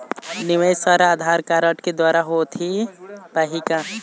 निवेश हर आधार कारड के द्वारा होथे पाही का?